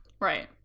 Right